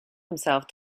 himself